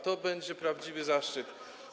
To będzie prawdziwy zaszczyt.